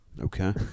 Okay